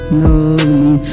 lovely